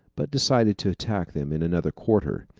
but decided to attack them in another quarter.